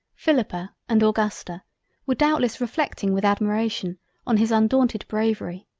philippa, and augusta were doubtless reflecting with admiration on his undaunted bravery,